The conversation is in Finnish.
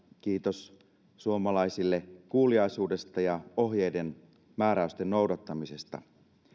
kiitos suomalaisille kuuliaisuudesta ja ohjeiden määräysten noudattamisesta